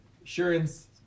insurance